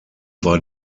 war